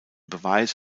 beweis